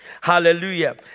Hallelujah